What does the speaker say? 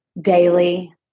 daily